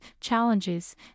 challenges